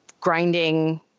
grinding